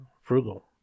frugal